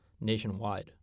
nationwide